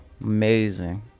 amazing